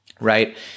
right